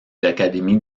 l’académie